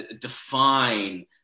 define